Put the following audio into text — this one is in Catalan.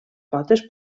potes